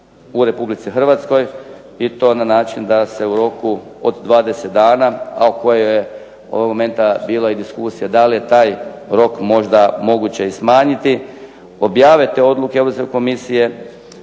u Republici Hrvatskoj i to na način da se u roku od 20 dana, a o kojoj je ovog momenta bila i diskusija da li je taj rok možda moguće i smanjiti, objave te odluke Europske komisije